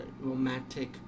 romantic